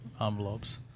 envelopes